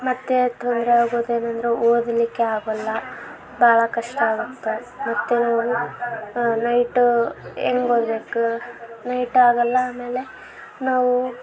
ಮತ್ತು ತೊಂದರೆ ಆಗೋದು ಏನಂದರೆ ಓದಲಿಕ್ಕೆ ಆಗೋಲ್ಲ ಭಾಳ ಕಷ್ಟ ಆಗುತ್ತೆ ಮತ್ತು ನಾವು ನೈಟು ಹೆಂಗ್ ಓದ್ಬೇಕು ನೈಟ್ ಆಗೋಲ್ಲ ಆಮೇಲೆ ನಾವು